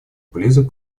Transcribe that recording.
близок